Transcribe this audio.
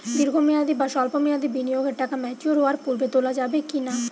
দীর্ঘ মেয়াদি বা সল্প মেয়াদি বিনিয়োগের টাকা ম্যাচিওর হওয়ার পূর্বে তোলা যাবে কি না?